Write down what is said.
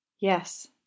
Yes